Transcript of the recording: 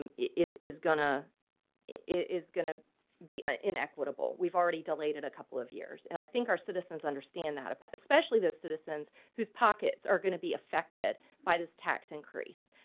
um is is gonna is gonna be ah in equitable we've already delayed and a couple of years and i think our citizens understand that if especially the citizens whose pockets are gonna be affected by this tax increase